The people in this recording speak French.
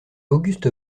auguste